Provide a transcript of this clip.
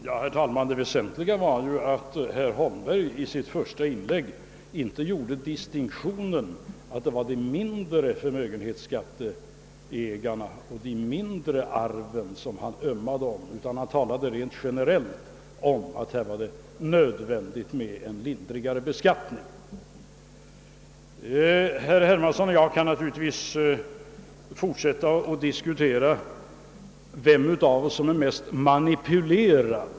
Herr talman! Det väsentliga var ju att herr Holmberg i sitt första inlägg inte gjorde distinktionen att det var de mindre förmögenhetsägarna och de mindre arven som han ömmade för, utan han talade rent generellt om att här var det nödvändigt med lindrigare beskattning. ligtvis fortsätta att diskutera vem av oss som är mest manipulerad.